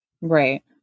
Right